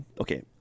okay